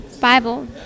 Bible